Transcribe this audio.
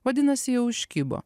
vadinasi jau užkibo